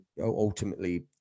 ultimately